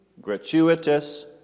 gratuitous